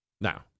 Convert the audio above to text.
Now